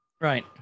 Right